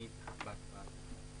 אני --- בהצבעה.